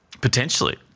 Potentially